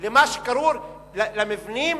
של מבנים